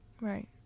Right